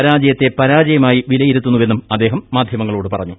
പരാജയത്തെ പരാജയമായി വിലയിരുത്തുന്നുവെന്നും അദ്ദേഹം മാധൃമങ്ങളോട് പറഞ്ഞു